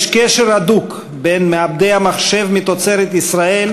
יש קשר הדוק בין מעבדי המחשב מתוצרת ישראל,